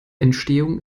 entstehung